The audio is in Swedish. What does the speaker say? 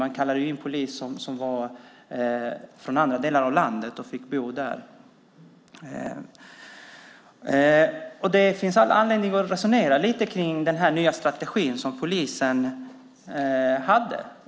Inkallade poliser från andra delar av landet fick bo där. Det finns all anledning att resonera lite om den nya strategi som polisen hade.